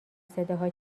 صداها